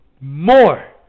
more